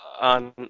on